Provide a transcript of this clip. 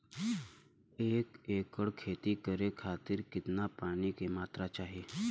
एक एकड़ खेती करे खातिर कितना पानी के मात्रा चाही?